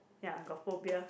ya got phobia